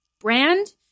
brand